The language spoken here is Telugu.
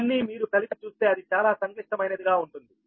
ఇవన్నీ మీరు కలిపి చూస్తే అది చాలా సంక్లిష్టమైనది గా ఉంటుంది